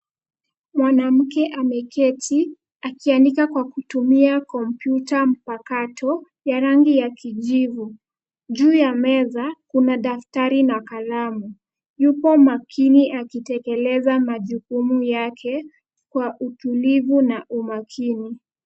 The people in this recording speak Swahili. Mwanamke ameketi akiandika kwa kutumia kompyuta mpakato ya rangi ya kijivu. Juu ya meza kuna daftari na kalamu, yupo makini akitekeleza majukumu yake kwa utulivu na umakini.